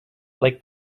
like